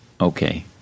okay